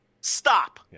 Stop